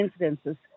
incidences